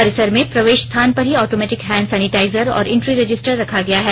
परिसर में प्रवेश स्थान पर ही ऑटोमेटिक हैंड सेनिटाइजर और इंट्री रजिस्टर रखा गया है